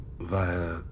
via